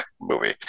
movie